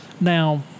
Now